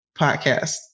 Podcast